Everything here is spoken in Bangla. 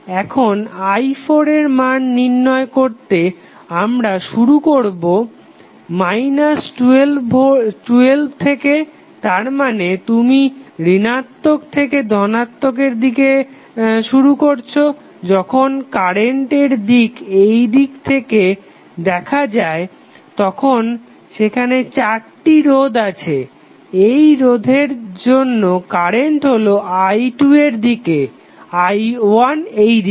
এখন i4 এর মান নির্ণয় করতে আমরা শুরু করবো 12 থেকে তারমানে তুমি ঋণাত্মক থেকে ধনাত্মক এর দিকে শুরু করছো যখন কারেন্টের দিক এইদিক থেকে দেখা হয় তখন সেখানে চারটি রোধ আছে এই রোধের মধ্যে কারেন্ট হলো i2 এই দিকে i1 এইদিকে